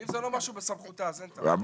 אם זה לא משהו בסמכותה, אז אין טעם להתעכב.